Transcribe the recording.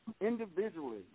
individually